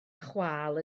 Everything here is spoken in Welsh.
chwâl